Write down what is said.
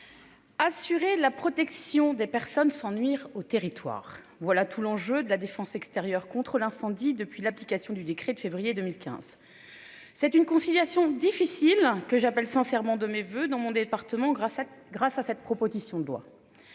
Assurer la protection des personnes sans nuire au territoire. Voilà tout l'enjeu de la défense extérieure contre l'incendie depuis l'application du décret de février 2015. C'est une conciliation difficile que j'appelle sincèrement de mes voeux dans mon département grâce à grâce à cette proposition de loi.